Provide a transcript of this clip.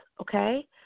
okay